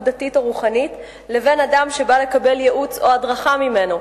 דתית או רוחנית לבין אדם שבא לקבל ייעוץ או הדרכה ממנו.